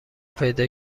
پیدا